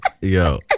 Yo